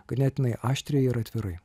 ganėtinai aštriai ir atvirai